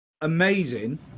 amazing